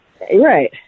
Right